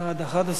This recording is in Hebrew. חוק עבודת הנוער (תיקון מס' 15),